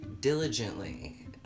diligently